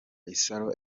isaro